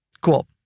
Cool